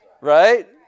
Right